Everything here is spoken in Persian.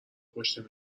پشت